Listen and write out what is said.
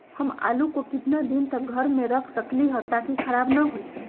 हम आलु को कितना दिन तक घर मे रख सकली ह ताकि खराब न होई?